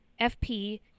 FP